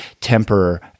temper